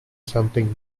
something